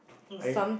like